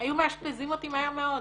היו מאשפזים אותי מהר מאוד.